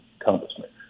accomplishment